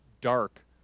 dark